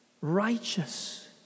righteous